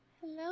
Hello